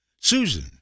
Susan